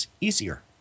easier